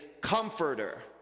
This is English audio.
comforter